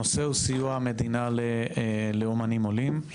הנושא הוא סיוע המדינה לאומנים עולים,